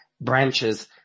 branches